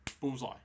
Bullseye